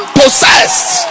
possessed